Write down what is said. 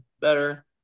better